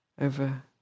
over